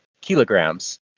kilograms